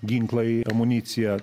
ginklai amunicija